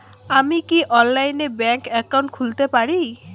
আমি কি অনলাইনে ব্যাংক একাউন্ট খুলতে পারি?